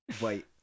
Wait